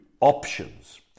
options